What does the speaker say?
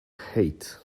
hate